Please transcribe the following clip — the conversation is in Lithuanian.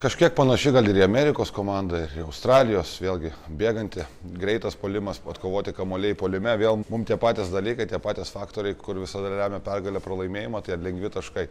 kažkiek panaši gal ir į amerikos komandą ir į australijos vėlgi bėganti greitas puolimas atkovoti kamuoliai puolime vėl mum tie patys dalykai tie patys faktoriai kur visada ir lemia pergalę pralaimėjimą tie lengvi taškai